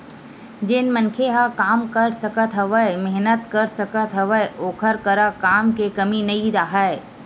जेन मनखे ह काम कर सकत हवय, मेहनत कर सकत हवय ओखर करा काम के कमी नइ राहय